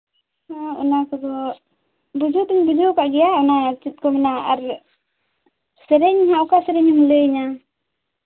ᱚᱱᱟ ᱠᱚᱫᱚ ᱵᱩᱡᱷᱟᱹᱣ ᱫᱚᱧ ᱵᱩᱡᱷᱟᱹᱣ ᱠᱟᱜ ᱜᱮᱭᱟ ᱚᱱᱟ ᱪᱮᱫ ᱠᱚ ᱢᱮᱱᱟ ᱟᱨ ᱥᱮᱨᱮᱧ ᱢᱟ ᱚᱠᱟ ᱥᱮᱨᱮᱧ ᱮᱢ ᱞᱟᱹᱭ ᱤᱧᱟᱹ